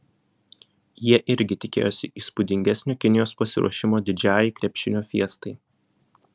jie irgi tikėjosi įspūdingesnio kinijos pasiruošimo didžiajai krepšinio fiestai